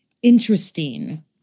interesting